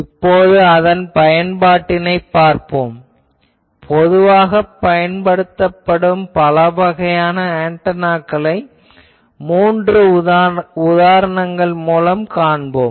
இப்போது அதன் பயன்பாட்டைப் பார்போம் பொதுவாகப் பயன்படுத்தப்படும் பலவகையான ஆன்டெனாக்களை மூன்று உதாரணங்கள் மூலம் காண்போம்